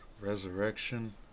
Resurrection